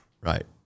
Right